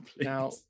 Now